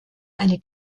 eine